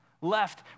left